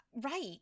Right